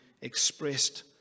expressed